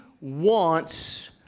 wants